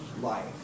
life